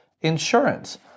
insurance